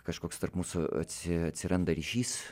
kažkoks tarp mūsų atsi atsiranda ryšys